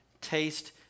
taste